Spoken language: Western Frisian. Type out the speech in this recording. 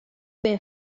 bin